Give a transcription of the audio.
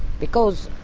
because,